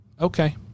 Okay